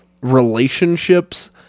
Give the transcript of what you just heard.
relationships